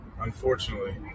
Unfortunately